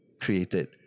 created